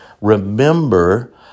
remember